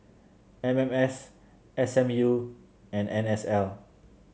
M M S S M U and N S L